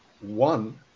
one